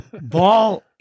ball